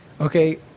Okay